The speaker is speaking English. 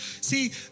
See